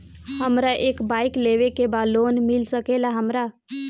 हमरा एक बाइक लेवे के बा लोन मिल सकेला हमरा?